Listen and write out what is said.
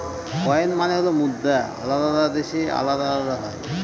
coin মানে হল মুদ্রা আলাদা আলাদা দেশে আলাদা আলাদা হয়